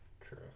True